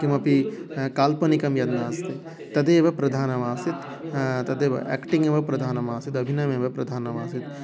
किमपि काल्पनिकं यद् नास्ति तदेव प्रधानमासीत् तदेव याक्टिङ्ग् एव प्रधानमासीत् अभिनयमेव प्रधानमासीत्